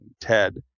TED